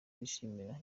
twishimira